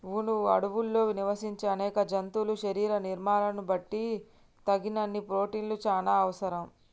వును అడవుల్లో నివసించే అనేక జంతువుల శరీర నిర్మాణాలను బట్టి తగినన్ని ప్రోటిన్లు చానా అవసరం